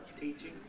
Teaching